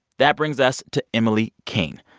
that brings us to emily king.